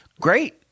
Great